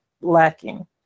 lacking